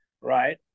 right